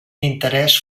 interès